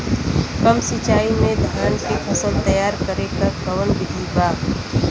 कम सिचाई में धान के फसल तैयार करे क कवन बिधि बा?